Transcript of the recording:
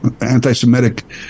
anti-semitic